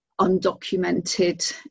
undocumented